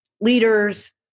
leaders